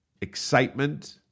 excitement